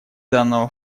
данного